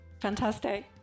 fantastic